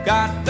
Got